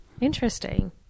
Interesting